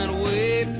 ah way